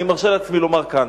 אני מרשה לעצמי לומר כאן.